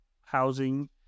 housing